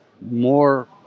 more